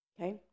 Okay